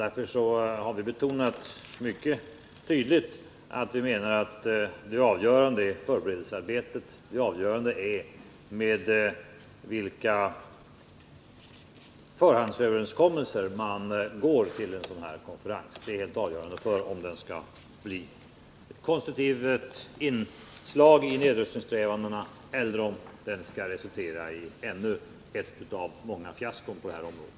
Därför har vi mycket tydligt betonat att vi menar att det avgörande är förberedelsearbetet, vilka förhandsöverenskommelser man går med till en sådan här konferens. Det är helt avgörande för om den skall bli ett konstruktivt inslag i nedrustningssträvandena eller om den skall resultera i ännu ett av många fiaskon på det här området.